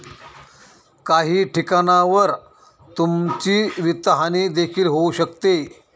काही ठिकाणांवर तुमची वित्तहानी देखील होऊ शकते